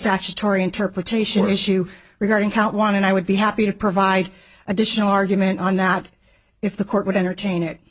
statutory interpretation issue regarding count one and i would be happy to provide additional argument on that if the court would entertain it